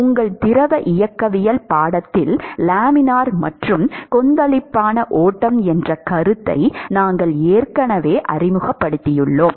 உங்கள் திரவ இயக்கவியல் பாடத்தில் லேமினார் மற்றும் கொந்தளிப்பான ஓட்டம் என்ற கருத்தை நாங்கள் ஏற்கனவே அறிமுகப்படுத்தியுள்ளோம்